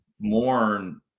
mourn